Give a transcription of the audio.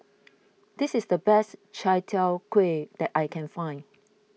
this is the best Chai Tow Kway that I can find